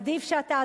עדיף שאתה,